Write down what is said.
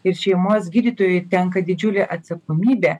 ir šeimos gydytojui tenka didžiulė atsakomybė